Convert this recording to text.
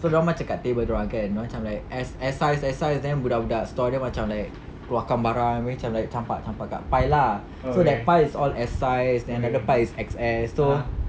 so dorang macam kat table dorang kan dorang macam like S size S size then budak-budak store dia macam like keluar kan barang abeh macam like campak campak kat pile lah so that pile is all S size another pile is X_S so